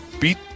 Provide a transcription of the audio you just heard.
beat